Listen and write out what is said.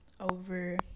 over